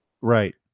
right